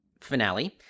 finale